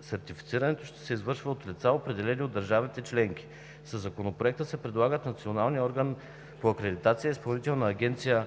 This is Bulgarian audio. Сертифицирането ще се извършва от лица, определени от държавите членки. Със Законопроекта се предлага националният орган по акредитация – Изпълнителна агенция